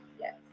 yes